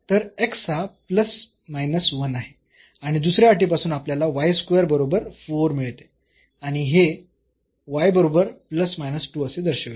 तर x हा आहे आणि दुसऱ्या अटीपासून आपल्याला बरोबर 4 मिळते आणि हे y बरोबर असे दर्शविते